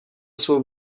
svou